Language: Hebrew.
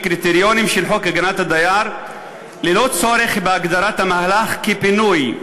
קריטריונים של חוק הגנת הדייר ללא צורך בהגדרת המהלך כפינוי.